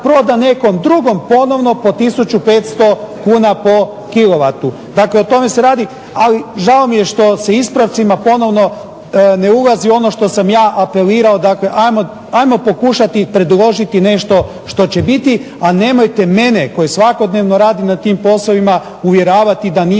nekom drugom ponovno po 1500 kuna po kilovatu, dakle o tome se radi. Ali žao mi je što se ispravcima ponovno ne ulazi u ono što sam ja apelirao, dakle ajmo pokušati predložiti nešto što će biti, a nemojte mene koji svakodnevno radim na tim poslovima da nije